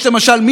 למשל,